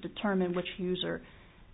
determine which user